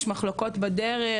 יש מחלוקות בדרך,